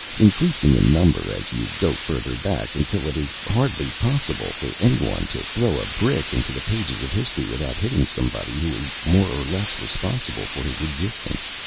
increasing in number as you go further back, until it is hardly possible for any one to throw a brick into the pages of history without hitting somebody who is more or less responsible for his existence.